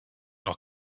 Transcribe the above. not